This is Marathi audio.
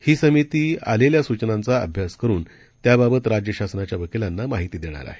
हीसमितीआलेल्यासूचनांचाअभ्यासकरूनत्याबाबतराज्यशासनाच्यावकिलांनामाहितीदेणारआ हे